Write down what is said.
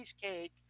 cheesecake